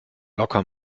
locker